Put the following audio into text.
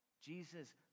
Jesus